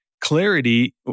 clarity